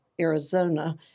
Arizona